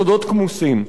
סודות כמוסים.